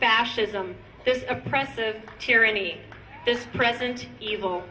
fascism this oppressive tyranny this present evil